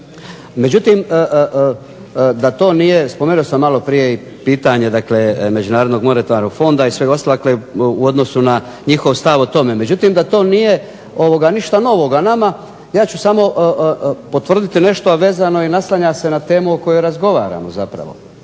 Međutim, da to nije, spomenuo sam maloprije pitanje Međunarodnog monetarnog fonda i svega ostaloga u odnosu na njihov stav o tome, međutim, da to nije ništa novoga nama, ja ću samo potvrditi nešto a vezano je naslanja se na temu o kojoj razgovaramo jer